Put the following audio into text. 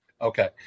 Okay